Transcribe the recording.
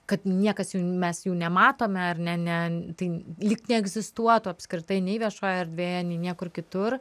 kad niekas jų mes jų nematome ar ne ne tai lyg neegzistuotų apskritai nei viešojoje erdvėje nei niekur kitur